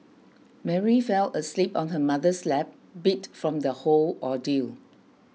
Mary fell asleep on her mother's lap beat from the whole ordeal